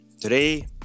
Today